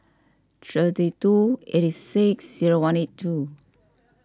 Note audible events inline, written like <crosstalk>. <unintelligible> two eight six zero one eight two